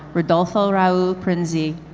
rodolfo raul prinzi,